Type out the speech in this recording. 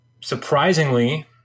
surprisingly